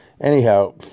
Anyhow